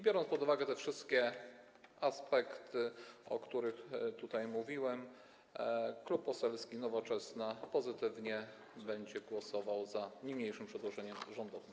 Biorąc pod uwagę te wszystkie aspekty, o których tutaj mówiłem, Klub Poselski Nowoczesna będzie pozytywnie głosował za niniejszym przedłożeniem rządowym.